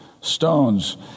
Stones